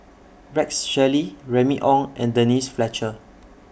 Rex Shelley Remy Ong and Denise Fletcher